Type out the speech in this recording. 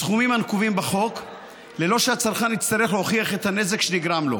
בסכומים הנקובים בחוק ללא שהצרכן יצטרך להוכיח את הנזק שנגרם לו.